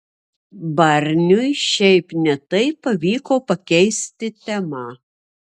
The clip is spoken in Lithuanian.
barniui šiaip ne taip pavyko pakeisti temą